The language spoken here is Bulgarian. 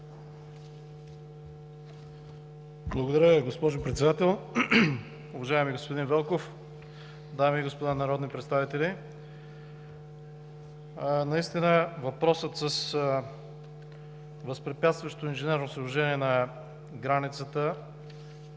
Благодаря Ви, госпожо Председател. Уважаеми господин Велков, дами и господа народни представители! Наистина въпросът с възпрепятстващото инженерно съоръжение на границата от